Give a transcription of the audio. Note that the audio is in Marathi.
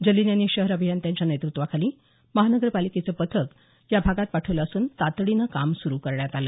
जलील यांनी शहर अभियंत्यांच्या नेतृत्वाखाली महानगरपालिकेचं पथक या भागात पाठवलं असून तातडीने काम सुरु करण्यात आलं